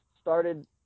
started